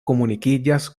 komunikiĝas